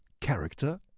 character